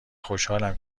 خوشحالم